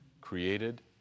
created